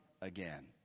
again